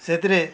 ସେଥିରେ